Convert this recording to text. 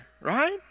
Right